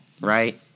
right